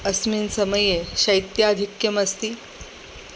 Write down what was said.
अस्मिन् समये शैत्याधिक्यमस्ति